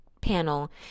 panel